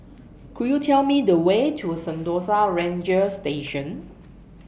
Could YOU Tell Me The Way to Sentosa Ranger Station